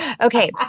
Okay